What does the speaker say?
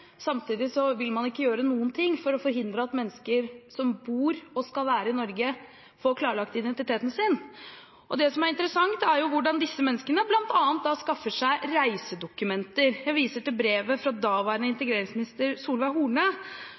samtidig som man ikke vil gjøre noen ting for å forhindre at mennesker som bor og skal være i Norge, får klarlagt identiteten sin. Det som er interessant, er hvordan disse menneskene bl.a. skaffer seg reisedokumenter. Jeg viser til brevet fra daværende integreringsminister Solveig Horne,